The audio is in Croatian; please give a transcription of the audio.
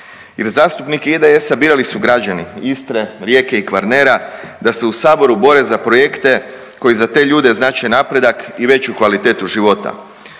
Jer zastupnike IDS-a birali su građani Istre, Rijeke i Kvarnera da se u saboru bore za projekte koji za te ljude znače napredak i veću kvalitetu života.